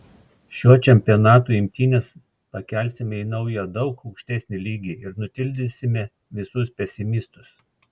šiuo čempionatu imtynes pakelsime į naują daug aukštesnį lygį ir nutildysime visus pesimistus